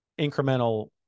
incremental